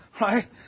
right